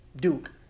Duke